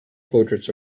portraits